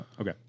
Okay